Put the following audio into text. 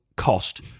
cost